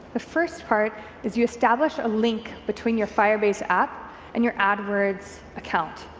the first part is you establish a link between your firebase app and your adwords account.